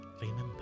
remember